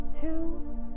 two